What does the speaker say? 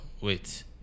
wait